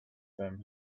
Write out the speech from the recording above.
them